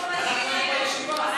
אנחנו היינו בישיבה.